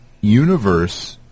universe